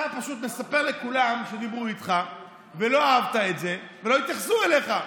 אתה פשוט מספר לכולם שדיברו איתך ולא אהבת את זה ולא התייחסו אליך.